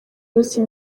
munsi